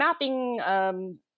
mapping